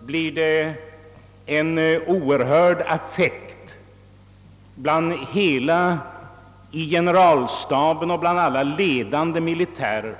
blir det en oerhörd affekt i generalstaben och bland övriga ledande militärer.